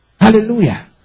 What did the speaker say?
hallelujah